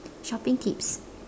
shopping tips